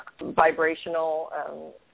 vibrational